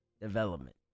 development